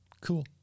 cool